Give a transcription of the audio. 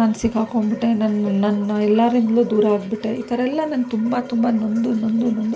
ನಾನು ಸಿಕ್ಕಾಕೊಂಡ್ಬಿಟ್ಟೆ ನಾನು ನಾನು ಎಲ್ಲರಿಂದ್ಲೂ ದೂರ ಆಗಿಬಿಟ್ಟೆ ಈ ಥರ ಎಲ್ಲ ನಾನು ತುಂಬ ತುಂಬ ನೊಂದು ನೊಂದು ನೊಂದು